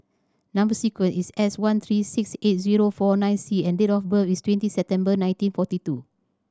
number sequence is S one three six eight zero four nine C and date of birth is twenty September nineteen forty two